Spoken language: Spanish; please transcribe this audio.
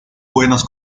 buenos